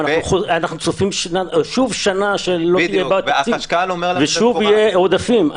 אנחנו צופים שוב שנה שלא יהיה תקציב ושוב יהיו עודפים.